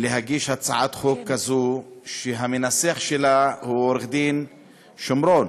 להגיש הצעת חוק שהמנסח שלה הוא עורך-דין שמרון,